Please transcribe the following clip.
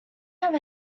have